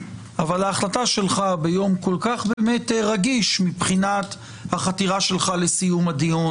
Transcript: אבל ההחלטה שלך ביום כל כך רגיש מבחינת חתירה שלך לסיום הדיון,